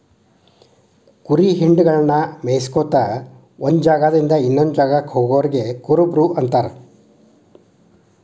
ಕುರಿ ಹಿಂಡಗಳನ್ನ ಮೇಯಿಸ್ಕೊತ ಒಂದ್ ಜಾಗದಿಂದ ಇನ್ನೊಂದ್ ಜಾಗಕ್ಕ ಹೋಗೋರಿಗೆ ಕುರುಬರು ಅಂತ ಕರೇತಾರ